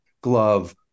glove